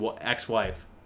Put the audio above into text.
ex-wife